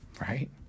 Right